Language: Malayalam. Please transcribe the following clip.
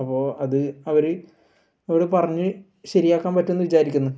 അപ്പോൾ അത് അവരോട് പറഞ്ഞ് ശരിയാക്കാൻ പറ്റും എന്ന് വിചാരിക്കുന്നു